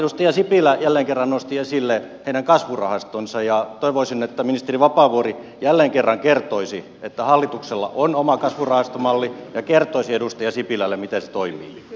edustaja sipilä jälleen kerran nosti esille heidän kasvurahastonsa ja toivoisin että ministeri vapaavuori jälleen kerran kertoisi että hallituksella on oma kasvurahastomalli ja kertoisi edustaja sipilälle miten se toimii